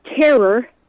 terror